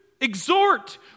exhort